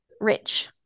Rich